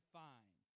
fine